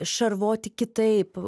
šarvoti kitaip